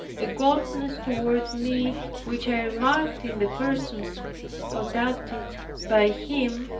the coldness toward me which i remarked in the persons conducted by him,